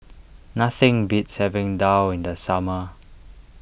nothing beats having Daal in the summer